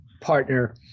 partner